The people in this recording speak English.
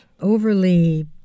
overly